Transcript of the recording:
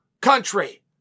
country